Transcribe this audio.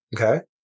okay